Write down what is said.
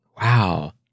wow